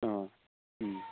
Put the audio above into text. অঁ